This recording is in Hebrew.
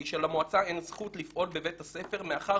היא שלמועצה אין זכות לפעול בבית הספר מאחר